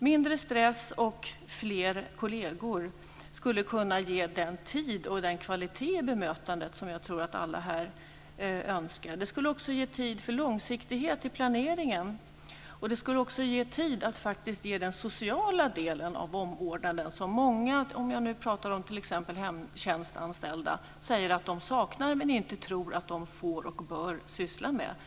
Mindre stress och fler kolleger skulle kunna ge den tid och den kvalitet i bemötandet som jag tror att alla här önskar. Det skulle också ge tid för långsiktighet i planeringen och för att ge den sociala del av omvårdnaden som t.ex. många hemtjänstanställda säger att de saknar. De tror inte att de får och bör syssla med detta.